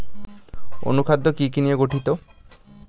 অনুখাদ্য কি কি নিয়ে গঠিত?